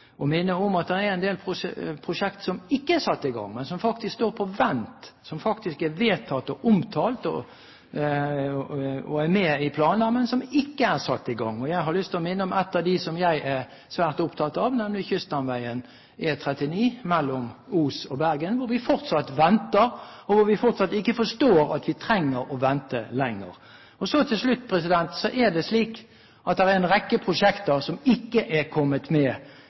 å minne om at det er en del prosjekter som ikke er satt i gang, som står på vent, og som faktisk er vedtatt og omtalt og er med i planer, men som ikke er satt i gang. Jeg har lyst til å minne om et prosjekt som jeg er svært opptatt av, nemlig kyststamveien E39 mellom Os og Bergen, der vi fortsatt venter, og vi forstår ikke hvorfor vi trenger å vente lenger. Til slutt: Det er en rekke prosjekter som ikke er kommet med,